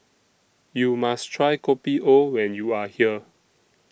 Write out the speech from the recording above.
YOU must Try Kopi O when YOU Are here